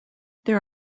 there